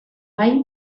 bai